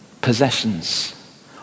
Possessions